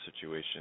situation